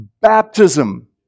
baptism